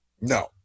No